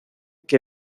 que